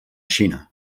xina